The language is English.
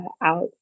out